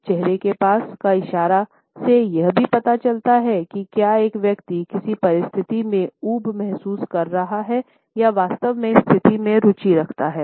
हाथ चेहरे के पास का इशारा से यह भी पता चलता है कि क्या एक व्यक्ति किसी परिस्थिति में ऊब महसूस कर रहा है या वास्तव में स्थिति में रुचि रखता है